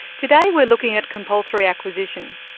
today we're looking at compulsory acquisition,